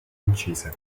incise